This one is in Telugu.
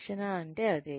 శిక్షణ అంటే అదే